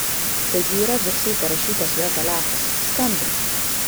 taigi yra viršuj parašytas jo telefas skambink